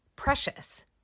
Precious